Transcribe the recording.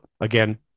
again